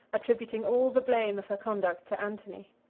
attributing all the blame of her conduct to antony.